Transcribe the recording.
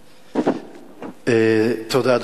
תודה.